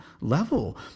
level